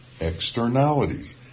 externalities